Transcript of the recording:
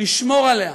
לשמור עליה,